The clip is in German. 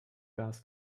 gas